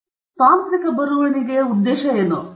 ಮತ್ತು ತಾಂತ್ರಿಕ ಬರವಣಿಗೆಯ ಉದ್ದೇಶದಿಂದ ಆ ಹಂತವು ಸರಳವಾಗಿ ಸಿಗುತ್ತದೆ